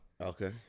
Okay